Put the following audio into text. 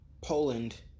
Poland